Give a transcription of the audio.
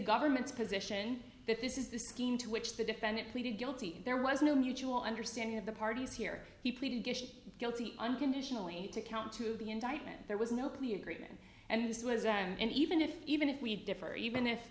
government's position that this is the scheme to which the defendant pleaded guilty and there was no mutual understanding of the parties here he pleaded guilty unconditionally to count two the indictment there was no plea agreement and this was and even if even if we differ even if